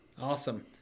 Awesome